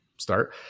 start